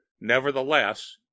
nevertheless